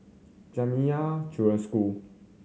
Jamiyah Children Home